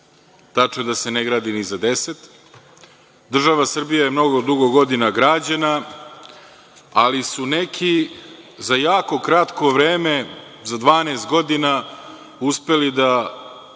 Tačno je da se ne gradi ni za deset. Država Srbija je mnogo godina građena, ali su neki za jako kratko vreme, za 12 godina uspeli da